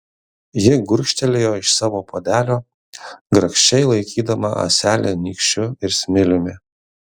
ji gurkštelėjo iš savo puodelio grakščiai laikydama ąselę nykščiu ir smiliumi